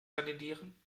kandidieren